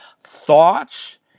thoughts